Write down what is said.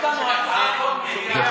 יש לנו הצעת חוק מהירה.